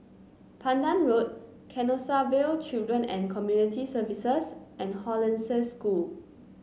Pandan Road Canossaville Children and Community Services and Hollandse School